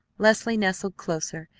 leslie nestled closer,